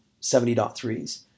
70.3s